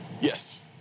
Yes